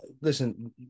Listen